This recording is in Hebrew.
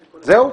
זהו?